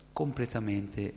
completamente